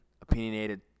opinionated